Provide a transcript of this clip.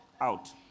out